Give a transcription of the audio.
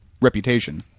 reputation